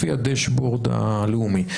לפי הדשבורד הלאומי,